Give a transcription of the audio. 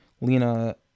Lena